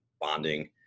bonding